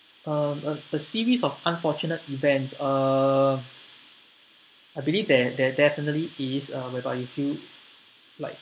um a series of unfortunate events uh I believe there there definitely is uh whereby you feel like